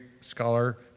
scholar